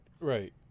Right